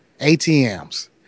ATMs